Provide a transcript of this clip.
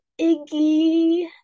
Iggy